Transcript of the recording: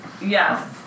Yes